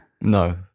No